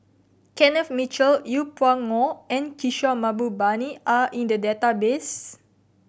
Kenneth Mitchell Yeng Pway Ngon and Kishore Mahbubani are in the database